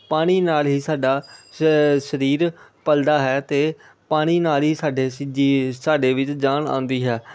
ਪਾਣੀ ਨਾਲ ਹੀ ਸਾਡਾ ਸ ਸਰੀਰ ਪਲਦਾ ਹੈ ਅਤੇ ਪਾਣੀ ਨਾਲ ਹੀ ਸਾਡੇ ਜੀ ਸਾਡੇ ਵਿੱਚ ਜਾਨ ਆਉਂਦੀ ਹੈ